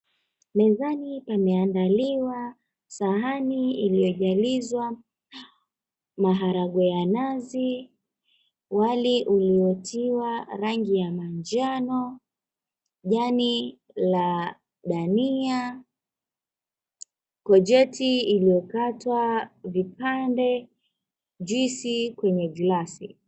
Mezani pameandaliwa sahani iliyojalizwa maharagwe ya nazi, wali uliotiwa rangi ya manjano, njani la dania, gojeti iliyokatwa vipande, juisi na glasi.